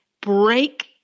break